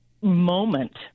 moment